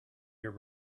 your